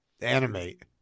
animate